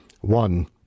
One